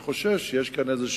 אני חושש שיש כאן איזה